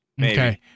Okay